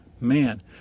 man